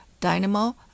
dynamo